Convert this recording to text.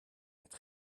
met